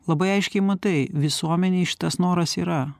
labai aiškiai matai visuomenėj šitas noras yra